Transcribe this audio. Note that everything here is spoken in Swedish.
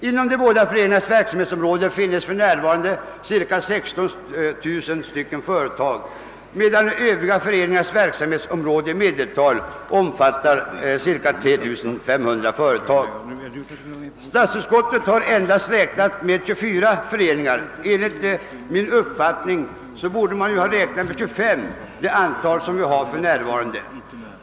Inom båda föreningarnas verksamhetsområde finns för närvarande cirka 16 000 företag, medan övriga föreningars verksamhetsområde i medeltal omfattar cirka 3 500 företag. Statsutskottet har endast räknat med 24 föreningar. Enligt min uppfattning borde man dock ha räknat med 25 företagareföreningar, dvs. det antal som nu finns.